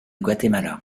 guatemala